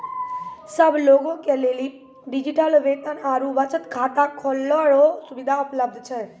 सब लोगे के लेली डिजिटल वेतन आरू बचत खाता खोलै रो सुविधा उपलब्ध छै